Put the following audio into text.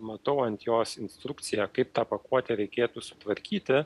matau ant jos instrukciją kaip tą pakuotę reikėtų sutvarkyti